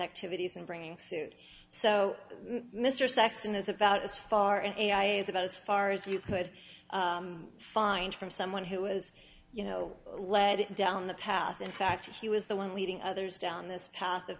activities and bringing suit so mr saxon is about as far as ai is about as far as you could find from someone who was you know led down the path in fact he was the one leading others down this path of